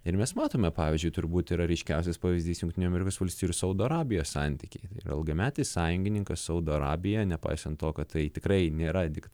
ir mes matome pavyzdžiui turbūt yra ryškiausias pavyzdys jungtinių amerikos valstijų ir saudo arabijos santykiai ilgametis sąjungininkas saudo arabija nepaisant to kad tai tikrai nėra tik